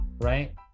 right